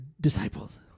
disciples